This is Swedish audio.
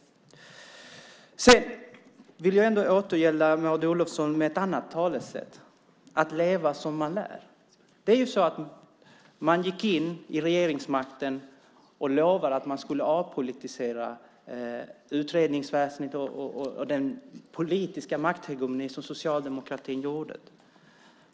Sedan vill jag ändå återgälda ett annat talesätt till Maud Olofsson, nämligen att leva som man lär. Man gick in i regeringsmakten och lovade att man skulle avpolitisera utredningsväsendet och den politiska makthegemonin efter Socialdemokraterna.